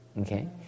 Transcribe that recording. Okay